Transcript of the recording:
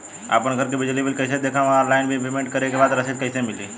आपन घर के बिजली बिल कईसे देखम् और ऑनलाइन बिल पेमेंट करे के बाद रसीद कईसे मिली?